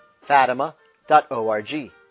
Fatima.org